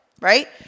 right